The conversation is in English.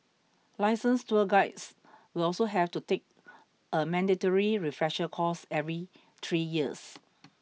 licensed tour guides will also have to take a mandatory refresher course every three years